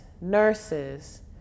nurses